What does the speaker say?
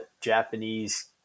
Japanese